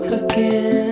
again